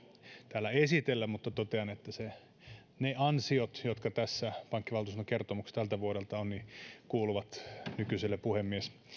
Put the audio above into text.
täällä esitellä mutta totean että ne ansiot jotka tässä pankkivaltuuston kertomuksessa tältä vuodelta on kuuluvat nykyisen puhemiehen